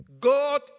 God